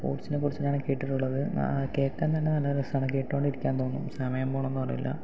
സ്പോർട്സിനെക്കുറിച്ചിട്ടാണ് കേട്ടിട്ടുള്ളത് കേൾക്കാൻ തന്നെ നല്ല രസമാണ് കേട്ടുകൊണ്ടിരിക്കാൻ തോന്നും സമയം പോവണതൊന്നുമറിയില്ല